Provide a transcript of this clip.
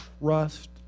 Trust